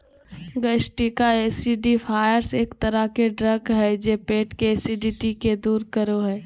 gastric acidifiers एक तरह के ड्रग हय जे पेट के एसिडिटी के दूर करो हय